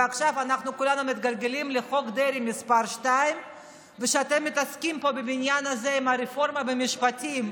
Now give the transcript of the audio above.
ועכשיו אנחנו כולנו מתגלגלים לחוק דרעי מס' 2. וכשאתם מתעסקים פה בבניין הזה עם הרפורמה במשפטים,